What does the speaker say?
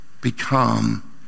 become